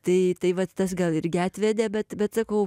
tai tai vat tas gal irgi atvedė bet bet sakau